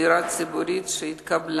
דירה ציבורית שהיא קיבלה,